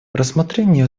рассмотрение